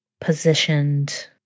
positioned